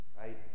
right